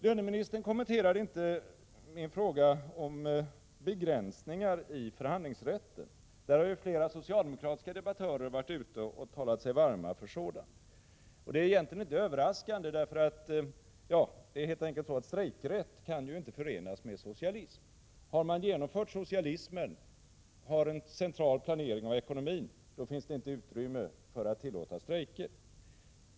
Löneministern kommenterade inte min fråga om begränsningar i förhandlingsrätten — flera socialdemokratiska debattörer har ju talat sig varma för sådana —, och det är egentligen inte överraskande. Strejkrätten kan ju helt enkelt inte förenas med socialism. Har man genomfört socialismen och en central planering av ekonomin, finns det inte utrymme för strejker.